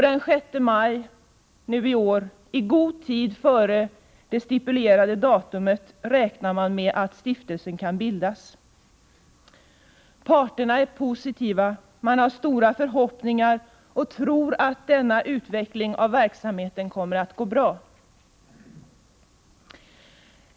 Den 6 maj i år, i god tid före det stipulerade datumet, räknar man med att stiftelsen kan bildas. Parterna är positiva — man har stora förhoppningar och tror att denna utveckling av verksamheten kommer att gå bra.